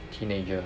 teenager